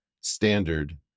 standard